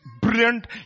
brilliant